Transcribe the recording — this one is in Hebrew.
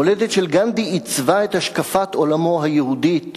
המולדת של גנדי עיצבה את השקפת עולמו היהודית,